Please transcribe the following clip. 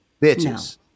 bitches